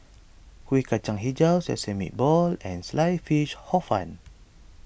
Kuih Kacang HiJau Sesame Balls and Sliced Fish Hor Fun